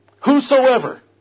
whosoever